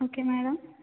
okay madam